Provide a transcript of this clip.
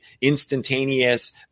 instantaneous